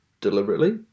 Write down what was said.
deliberately